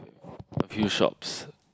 a few shops